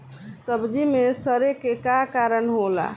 सब्जी में सड़े के का कारण होला?